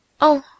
Oh